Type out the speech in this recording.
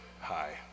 hi